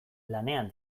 lanean